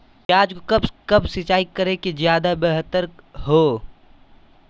प्याज को कब कब सिंचाई करे कि ज्यादा व्यहतर हहो?